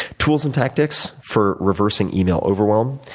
tools and tactics for reversing email overwhelm.